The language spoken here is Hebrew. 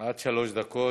עד שלוש דקות.